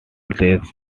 these